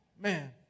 man